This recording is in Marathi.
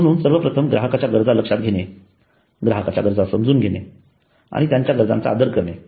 म्हणून सर्वप्रथम ग्राहकांच्या गरजा लक्षात घेणे ग्राहकांच्या गरजा समजून घेणे आणि त्यांच्या गरजांचा आदर करणे